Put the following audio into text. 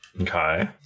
Okay